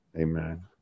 Amen